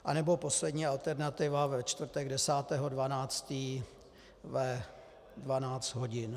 A nebo poslední alternativa ve čtvrtek 10. 12. ve 12 hodin.